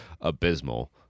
abysmal